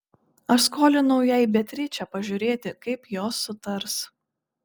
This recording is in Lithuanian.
aš skolinau jai beatričę pažiūrėti kaip jos sutars